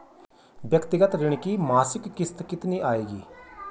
व्यक्तिगत ऋण की मासिक किश्त कितनी आएगी?